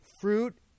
fruit